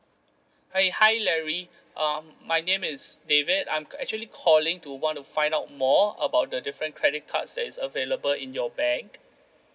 hi larry um my name is david I'm actually calling to want to find out more about the different credit cards that is available in your bank